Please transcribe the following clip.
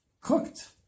cooked